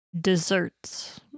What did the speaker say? Desserts